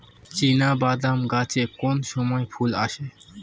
চিনাবাদাম গাছে কোন সময়ে ফুল আসে?